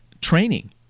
Training